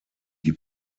die